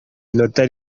inota